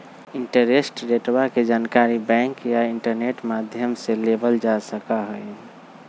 interest रेटवा के जानकारी बैंक या इंटरनेट माध्यम से लेबल जा सका हई